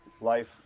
life